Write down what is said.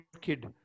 kid